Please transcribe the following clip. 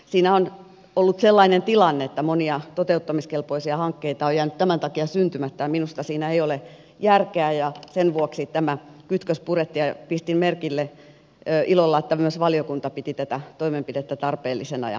siinä on ollut sellainen tilanne että monia toteuttamiskelpoisia hankkeita on jäänyt tämän takia syntymättä ja minusta siinä ei ole järkeä ja sen vuoksi tämä kytkös purettiin ja pistin merkille ilolla että myös valiokunta piti tätä toimenpidettä tarpeellisena ja hyvänä